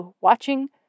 watching